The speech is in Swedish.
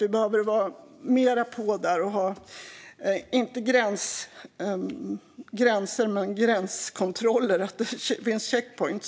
Vi behöver vara mer på där och ha inte gränser men gränskontroller, så att det finns checkpoints.